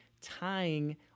tying